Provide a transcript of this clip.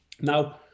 Now